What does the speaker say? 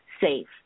safe